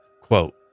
quote